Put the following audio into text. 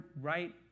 right